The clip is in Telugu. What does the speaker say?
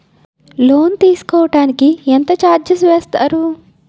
లోన్ తీసుకోడానికి ఎంత చార్జెస్ వేస్తారు?